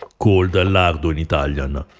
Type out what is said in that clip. called ah lardo in italian